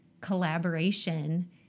collaboration